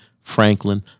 Franklin